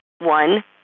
One